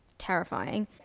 terrifying